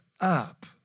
up